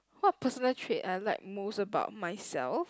what personal trait I like most about myself